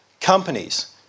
companies